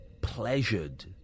pleasured